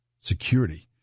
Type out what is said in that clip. security